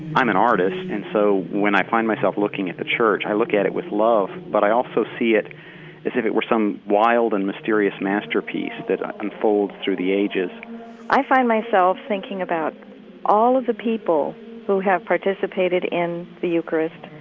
i'm an artist and so when i find myself looking at the church, i look at it with love. but i also see it as if it were some wild and mysterious masterpiece that unfolds through the ages i find myself thinking about all of the people who have participated in the eucharist.